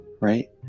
right